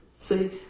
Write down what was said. See